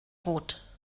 rot